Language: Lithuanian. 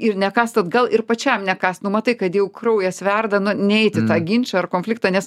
ir nekąst atgal ir pačiam nekąst nu matai kad jau kraujas verda na neit į tą ginčą ar konfliktą nes